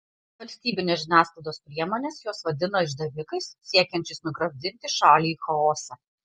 valstybinės žiniasklaidos priemonės juos vadina išdavikais siekiančiais nugramzdinti šalį į chaosą